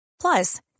Plus